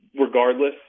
regardless